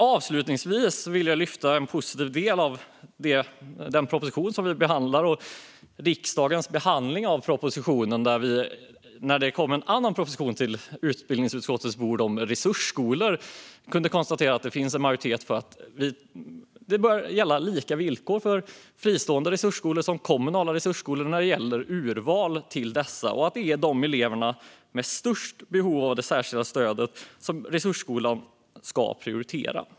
Avslutningsvis vill jag ta upp en positiv del i den proposition vi behandlar och som vi när det kom en annan proposition till utbildningsutskottet, om resursskolor, kunde konstatera att det finns en majoritet för. Det bör gälla lika villkor för fristående resursskolor som kommunala resursskolor när det gäller urval. Det är de elever som har störst behov av särskilt stöd som resursskolan ska prioritera.